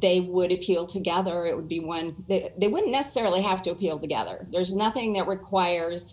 they would appeal to gather it would be one that they would necessarily have to appeal together there's nothing that requires